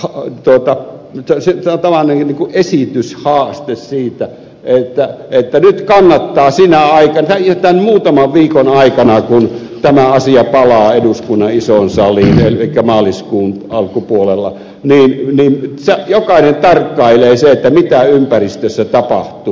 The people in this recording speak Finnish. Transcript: minulla on semmoinen henkilökohtainen esityshaaste että nyt kannattaa sinä aikana ja tämän muutaman viikon aikana kun tämä asia palaa eduskunnan isoon saliin elikkä maaliskuun alkupuolella jokaisen tarkkailla mitä ympäristössä tapahtuu